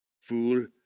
fool